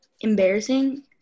embarrassing